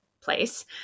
place